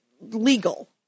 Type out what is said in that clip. legal